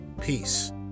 peace